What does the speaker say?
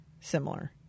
similar